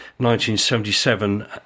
1977